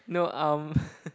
no um